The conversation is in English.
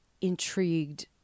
intrigued